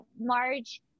Marge